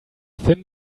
thin